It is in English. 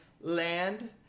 land